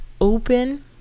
open